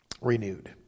renewed